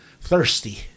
thirsty